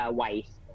wise